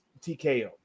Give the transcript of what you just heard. TKO